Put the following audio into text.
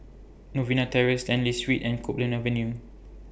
Novena Terrace Stanley Street and Copeland Avenue